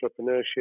entrepreneurship